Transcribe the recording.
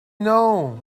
know